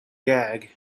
gag